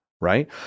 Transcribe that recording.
right